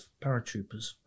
paratroopers